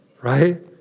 Right